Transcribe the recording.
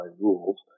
rules